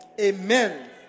Amen